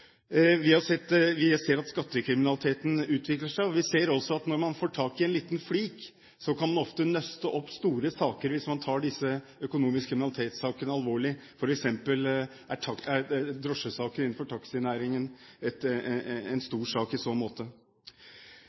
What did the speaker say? Vi ser at skattekriminaliteten utvikler seg. Vi ser også at når man får tak i en liten flik, kan en ofte nøste opp store saker hvis man tar disse økonomisk kriminalitet-sakene alvorlig. For eksempel er drosjesaken innen taxinæringen en stor sak i så måte.